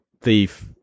thief